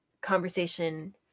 conversation